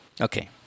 Okay